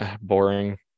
Boring